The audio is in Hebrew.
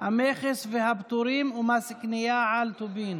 המכס והפטורים ומס קנייה על טובין